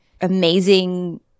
amazing